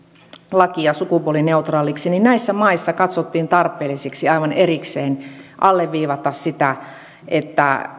lakia sukupuolineutraaliksi niin näissä maissa katsottiin tarpeelliseksi aivan erikseen alleviivata sitä että